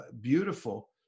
beautiful